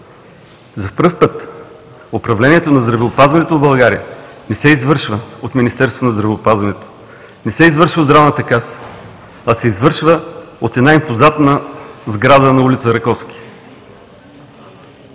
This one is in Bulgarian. За първи път управлението на здравеопазването в България не се извършва от Министерството на здравеопазването, не се извършва от Здравната каса, а се извършва от една импозантна сграда на улица „Раковски“.